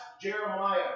Jeremiah